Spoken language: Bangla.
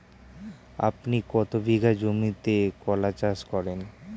আপনি কত বিঘা জমিতে কলা চাষ করেন?